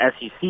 SEC